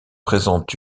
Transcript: présentent